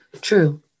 True